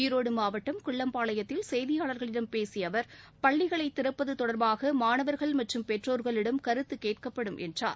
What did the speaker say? ஈரோடு மாவட்டம் குள்ளம்பாளையத்தில் செய்தியாளர்களிடம் பேசிய அவர் பள்ளிகளை திறப்பது தொடர்பாக மாணவர்கள் மற்றும் பெற்றோர்களிடம் கருத்துக் கேட்கப்படும் என்றார்